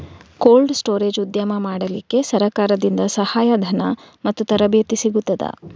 Cold storage ಉದ್ಯಮ ಮಾಡಲಿಕ್ಕೆ ಸರಕಾರದಿಂದ ಸಹಾಯ ಧನ ಮತ್ತು ತರಬೇತಿ ಸಿಗುತ್ತದಾ?